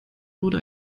wurde